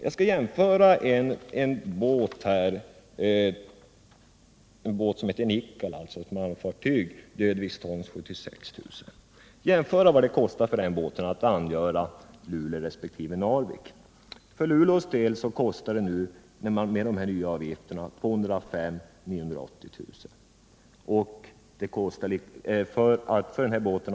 Jag skall jämföra vad det kostar för ett malmfartyg som heter Nikkala, 76 000 dödviktston, att angöra Luleå resp. Narvik. För Luleås del kostar det med de nya avgifterna 205 980 kr.